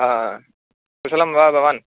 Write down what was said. कुशलं वा भवान्